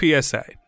PSA